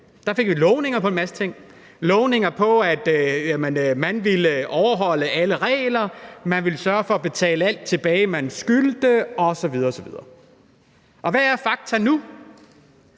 Der fik vi lovning på en masse ting; lovning på, at man ville overholde alle regler, man ville sørge for at betale alt tilbage, man skyldte osv. osv. Og hvad er fakta nu?